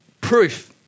proof